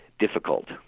Difficult